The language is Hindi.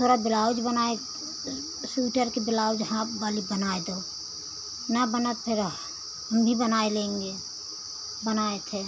थोड़ा बिलाउज बनाए स्वीटर के ब्लाउज हाफ वाली बनाए दो ना बनात फिर हम भी बनाए लेंगे बनाए थे